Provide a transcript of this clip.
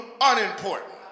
unimportant